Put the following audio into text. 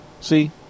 See